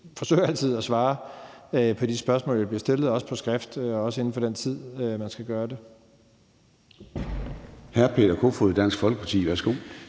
forsøger altid at svare på de spørgsmål, jeg bliver stillet – også på skrift – inden for den tid, man skal gøre det.